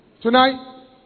Tonight